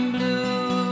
Blue